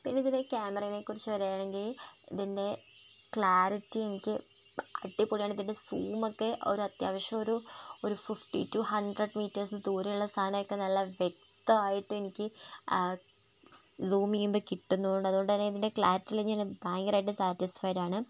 പിന്നെ ഇതിലെ ക്യാമറയെക്കുറിച്ച് പറയുകയാണെങ്കില് ഇതിൻറ്റെ ക്ലാരിറ്റി എനിക്ക് അടിപൊളിയാണ് ഇതിൻറ്റെ സൂമൊക്കെ ഒരത്യാവശ്യമൊരു ഒരു ഫിഫ്റ്റി റ്റു ഹൺഡ്രഡ് മീറ്റേഴ്സ്സ് ദൂരെയുള്ള സാധനമൊക്കെ നല്ല വ്യക്തമായിട്ട് എനിക്ക് സൂം ചെയ്യുമ്പോള് കിട്ടുന്നുണ്ട് അതുകൊണ്ടുതന്നെ ഇതിൻറ്റെ ക്ലാരിറ്റിയില് ഞാന് ഭയങ്കരമായിട്ട് സാറ്റിസ്ഫൈഡാണ്